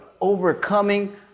overcoming